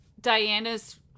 Diana's